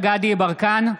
יברקן,